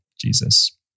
Jesus